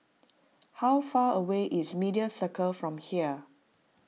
how far away is Media Circle from here